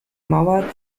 mauer